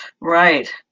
Right